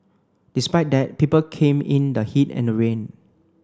despite that people came in the heat and the rain